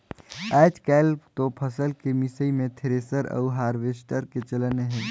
आयज कायल तो फसल के मिसई मे थेरेसर अउ हारवेस्टर के चलन हे